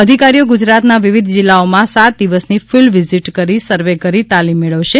અધિકારીઓ ગુજરાતના વિવિધ જિલ્લાઓમાં સાત દિવસની ફિલ્ડ વિઝીટ કરી સર્વે કરી તાલીમ મેળવશે